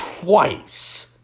Twice